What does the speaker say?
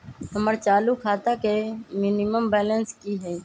हमर चालू खाता के मिनिमम बैलेंस कि हई?